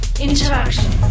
Interaction